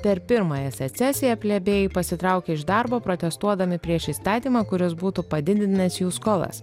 per pirmąją secesiją plebėjai pasitraukė iš darbo protestuodami prieš įstatymą kuris būtų padidinęs jų skolas